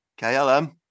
KLM